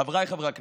חבריי חברי הכנסת,